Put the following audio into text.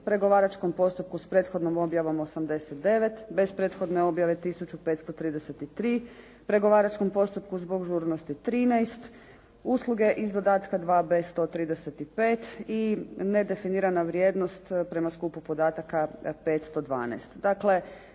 pregovaračkom postupku s prethodnom objavom 89, bez prethodne objave 1533, pregovaračkom postupku zbog žurnosti 13, usluge iz dodatka 2b. 135 i nedefinirana vrijednost prema skupu podataka 512.